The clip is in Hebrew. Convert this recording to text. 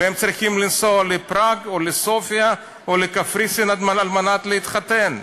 והם צריכים לנסוע לפראג או לסופיה או לקפריסין על מנת להתחתן.